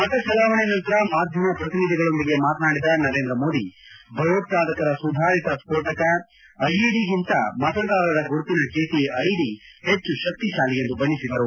ಮತ ಚಲಾವಣೆ ನಂತರ ಮಾಧ್ವಮ ಪ್ರಟಿನಿಧಿಗಳೊಂದಿಗೆ ಮಾತನಾಡಿದ ನರೇಂದ್ರ ಮೋದಿ ಭಯೋತ್ವಾದಕರ ಸುಧಾರಿತ ಸ್ಪೋಟಕ ಐಇಡಿಗಿಂತ ಮತದಾರರ ಗುರುತಿನ ಜೀಟಿ ಐಡಿ ಹೆಚ್ಚು ಶಕ್ತಿಶಾಲಿ ಎಂದು ಬಣ್ಣೆಸಿದರು